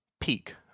peak